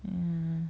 mm